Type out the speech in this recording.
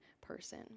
person